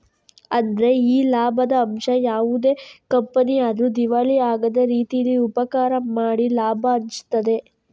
ಅಂದ್ರೆ ಈ ಲಾಭದ ಅಂಶ ಯಾವುದೇ ಕಂಪನಿ ಆದ್ರೂ ದಿವಾಳಿ ಆಗದ ರೀತೀಲಿ ಉಪಕಾರ ಮಾಡಿ ಲಾಭ ಹಂಚ್ತದೆ